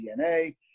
DNA